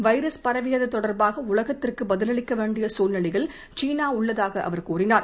virus பரவியது தொடர்பாக உலகத்திற்கு பதிலளிக்க வேண்டிய சூழ்நிலையில் சீனா உள்ளதாக அவர் கூறினார்